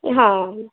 ہاں